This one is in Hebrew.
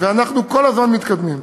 ואנחנו כל הזמן מתקדמים.